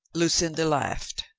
lucinda laughed.